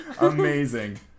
Amazing